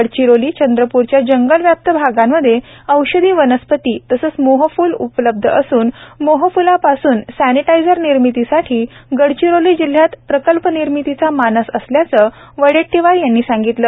गडचिरोली चंद्रप्रच्या जंगलव्याप्त भागांमध्ये औषधी वनस्पती तसेच मोहफ्ल उपलब्ध असून मोहफ्लापासून सॅनेटायझर निर्मितीसाठी गडचिरोली जिल्ह्यात प्रकल्पनिर्मतीचा मानस असल्याचे वडेटटीवार यांनी सांगितल